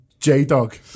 J-Dog